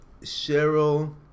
Cheryl